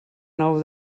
nou